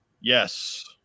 Yes